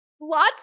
Lots